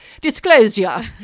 Disclosure